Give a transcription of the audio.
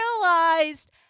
realized